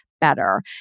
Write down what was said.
better